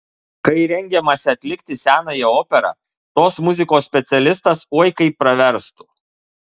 kai rengiamasi atlikti senąją operą tos muzikos specialistas oi kaip praverstų